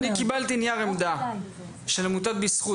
אני קיבלתי נייר עמדה של עמותת "בזכות",